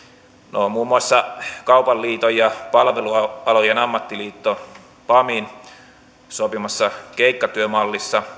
no muun muassa kaupan liiton ja palvelualojen ammattiliitto pamin sopimassa keikkatyömallissa